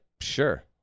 sure